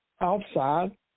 outside